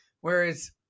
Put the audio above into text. Whereas